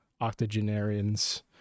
octogenarians